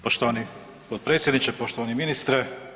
Poštovani potpredsjedniče, poštovani ministre.